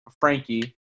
Frankie